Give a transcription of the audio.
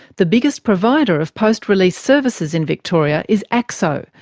the biggest provider of post-release services in victoria is acso,